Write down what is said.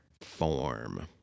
form